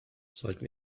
sollten